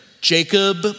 Jacob